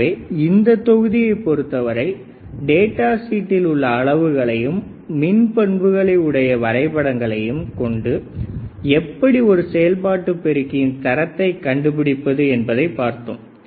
எனவே இந்தத் தொகுதியைப் பொறுத்தவரை டேட்டா ஷீட்டில் உள்ள அளவுகளையும் மின் பண்புகளை உடைய வரைபடங்களையும் கொண்டு எப்படி ஒரு செயல்பாட்டு பெருக்கியின் தரத்தை கண்டுபிடிப்பது என்பதை பார்த்தோம்